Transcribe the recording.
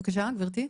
בבקשה, גברתי?